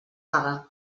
pague